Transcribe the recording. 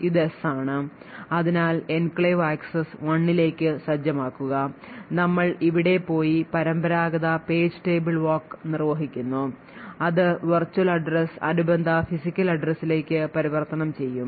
ഇത് yes ആണ് അതിനാൽ എൻക്ലേവ് ആക്സസ് 1 ലേക്ക് സജ്ജമാക്കുക നമ്മൾ ഇവിടെ പോയി പരമ്പരാഗത പേജ് table walk നിർവ്വഹിക്കുന്നു അത് വിർച്വൽ address അനുബന്ധ ഫിസിക്കൽ address ലേക്ക് പരിവർത്തനം ചെയ്യും